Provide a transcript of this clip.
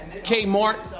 K-Mart